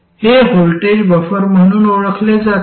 हे voltage buffer म्हणून ओळखले जाते